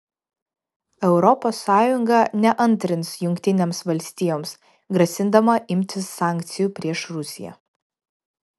europos sąjunga neantrins jungtinėms valstijoms grasindama imtis sankcijų prieš rusiją